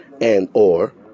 and/or